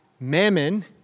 Mammon